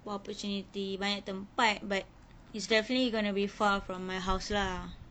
more opportunity banyak tempat but it's definitely gonna be far from my house lah